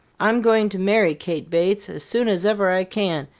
i'm going to marry kate bates, as soon as ever i can,